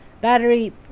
battery